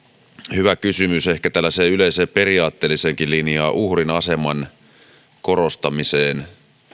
hyvä kysymys ehkä tällaiseen yleiseen periaatteelliseenkin linjaan uhrin aseman korostamiseen